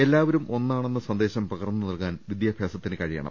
എല്ലാവരും ഒന്നാണെന്ന സന്ദേശം പകർന്നു നൽകാൻ വിദ്യാഭ്യാസത്തിന് കഴി യണം